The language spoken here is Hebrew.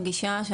רגישה מאוד,